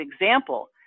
example